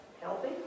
healthy